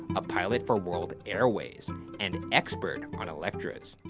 a pilot for world airways and expert on electras.